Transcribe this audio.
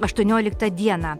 aštuonioliktą dieną